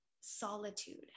solitude